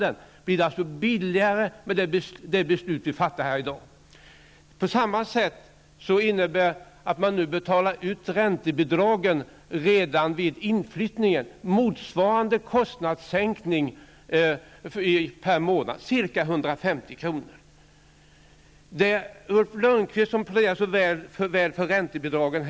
Det skulle alltså bli billigare med de beslut som skall fattas i dag. På samma sätt innebär en utbetalning av räntebidragen redan vid inflyttningen motsvarande kostnadssänkning per månad med ca 150 kr. Ulf Lönnqvist pläderar här så väl för räntelånen.